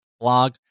blog